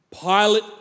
Pilate